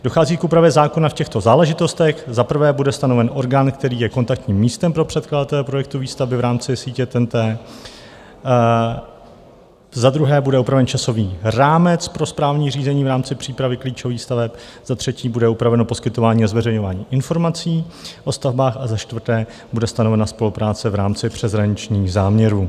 Dochází k úpravě zákona v těchto záležitostech: za prvé bude stanoven orgán, který je kontaktním místem pro předkladatele projektu výstavby v rámci sítě TENT, za druhé bude upraven časový rámec pro správní řízení v rámci přípravy klíčových staveb, za třetí bude upraveno poskytování a zveřejňování informací o stavbách a za čtvrté bude stanovena spolupráce v rámci přeshraničních záměrů.